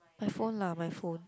my phone lah my phone